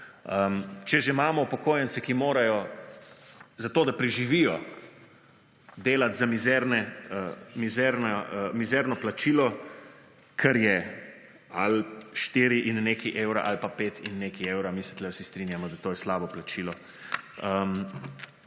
Če že imamo upokojence, ki morajo, zato da preživijo, delati za mizerno plačilo, kar je 4 in nekaj evra ali pa 5 in nekaj evra - tu se vsi strinjamo, da je to slabo plačilo